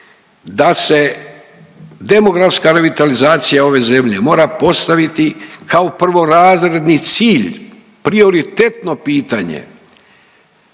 da se demografska revitalizacija ove zemlje mora postaviti kao prvorazredni cilj prioritetno pitanje